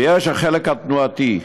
ויש החלק התנועתי,